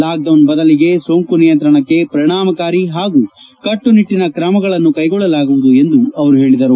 lockdown ಬದಲಿಗೆ ಸೋಂಕು ನಿಯಂತ್ರಣಕ್ಕೆ ಪರಿಣಾಮಕಾರಿ ಹಾಗೂ ಕಟ್ಟುನಿಟ್ಟಿನ ಕ್ರಮಗಳನ್ನು ಕೈಗೊಳ್ಳಲಾಗುವುದು ಎಂದು ಅವರು ಹೇಳಿದರು